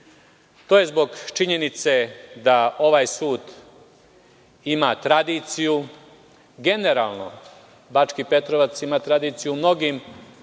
To je zbog činjenice da ovaj sud ima tradiciju. Generalno Bački Petrovac ima tradiciju u mnogim